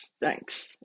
thanks